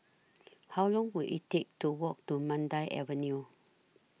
How Long Will IT Take to Walk to Mandai Avenue